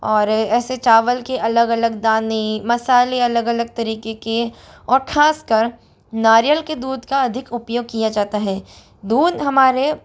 और ऐसे चावल के अलग अलग दाने मसाले अलग अलग तरीक़े के और ख़ास कर नारियल के दूध का अधिक उपयोग किया जाता है दूध हमारे